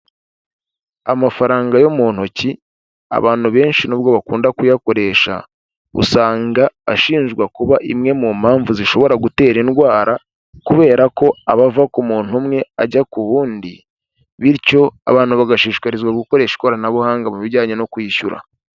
Amafaranga yo mu ntoki abantu benshi nubwo bakunda kuyakoresha, usanga ashinjwa kuba imwe mu mpamvu zishobora gutera indwara, kubera ko aba ava ku muntu umwe ajya ku wundi bityo abantu bagashishikarizwa gukoresha ikoranabuhanga mu bijyanye no kwishyura.